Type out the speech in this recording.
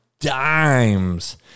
dimes